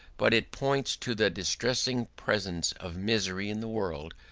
but it points to the distressing presence of misery in the world,